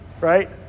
right